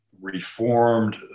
reformed